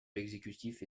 l’exécutif